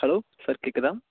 hello sir கேட்குதா